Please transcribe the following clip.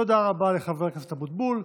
תודה רבה לחבר הכנסת אבוטבול.